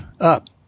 up